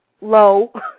low